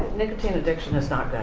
nicotine addiction is not that.